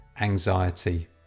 anxiety